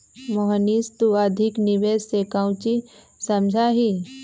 मोहनीश तू अधिक निवेश से काउची समझा ही?